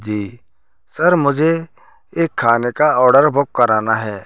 जी sir मुझे एक खाने का औडर बूक कराना है